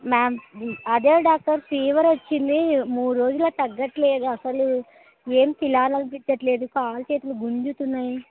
ma'am అదే doctor fever వచ్చింది మూడు రోజుల తగ్గట్లేదు అసలు ఏం పిలాలనిపట్టట్లేదు కాళ్ళు చేట్లు గుంజుతున్నాయి